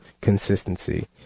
consistency